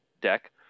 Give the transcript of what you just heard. deck